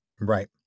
Right